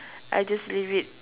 I just leave it